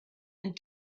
and